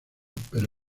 pero